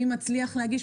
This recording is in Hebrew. מי מצליח להגיש?